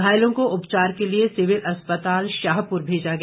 घायलों को उपचार के लिए सिविल अस्पताल शाहपुर भेजा गया